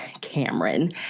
Cameron